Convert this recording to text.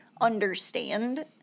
understand